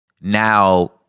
now